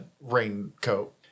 raincoat